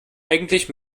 eigentlich